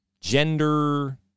gender